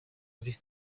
muri